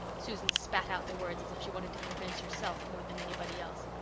susan spat out the words as if she wanted to convince herself more than anybody else.